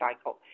cycle